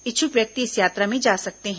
इच्छुक व्यक्ति इस यात्रा में जा सकते हैं